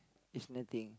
is nothing